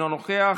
אינו נוכח,